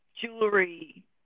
jewelry